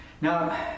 Now